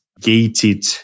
gated